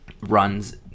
runs